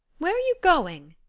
where are you going?